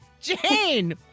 Jane